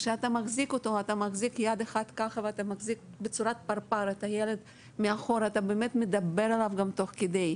כשאתה מחזיק אותו אתה מחזיק אותו בצורת פרפר מאחורה ומדבר אליו תוך כדי.